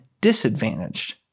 disadvantaged